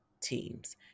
teams